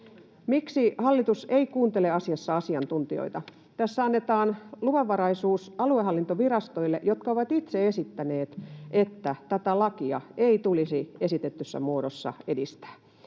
Miksi hallitus ei kuuntele asiassa asiantuntijoita? Tässä annetaan luvanvaraisuus aluehallintovirastoille, jotka ovat itse esittäneet, että tätä lakia ei tulisi esitetyssä muodossa edistää.